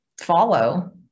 follow